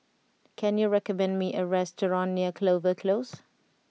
can you recommend me a restaurant near Clover Close